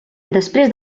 després